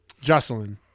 Jocelyn